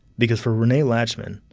because, for rene lachemann,